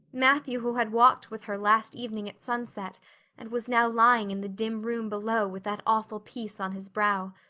matthew who had walked with her last evening at sunset and was now lying in the dim room below with that awful peace on his brow.